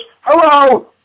hello